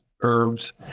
herbs